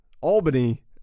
Albany